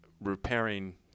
repairing